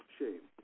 shame